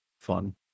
fun